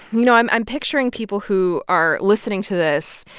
you know, i'm i'm picturing people who are listening to this.